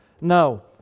No